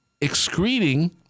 excreting